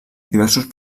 diversos